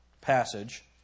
passage